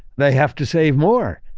they have to save more.